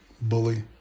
bully